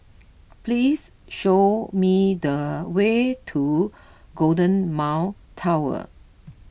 please show me the way to Golden Mile Tower